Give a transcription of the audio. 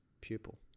pupil